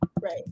right